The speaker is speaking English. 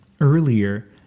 earlier